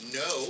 no